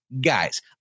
guys